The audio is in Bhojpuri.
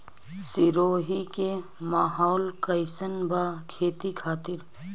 सिरोही के माहौल कईसन बा खेती खातिर?